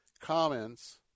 comments